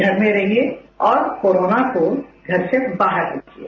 घर में रहिएं और कोरोना को घर से बाहर रखिये